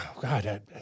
god